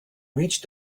reached